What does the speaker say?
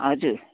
हजुर